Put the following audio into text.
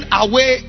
away